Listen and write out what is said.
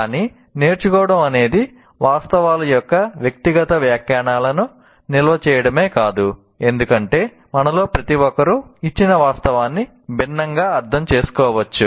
కానీ నేర్చుకోవడం అనేది వాస్తవాల యొక్క వ్యక్తిగత వ్యాఖ్యానాలను నిల్వ చేయడమే కాదు ఎందుకంటే మనలో ప్రతి ఒక్కరూ ఇచ్చిన వాస్తవాన్ని భిన్నంగా అర్థం చేసుకోవచ్చు